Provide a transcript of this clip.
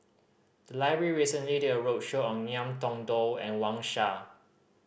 the library recently did a roadshow on Ngiam Tong Dow and Wang Sha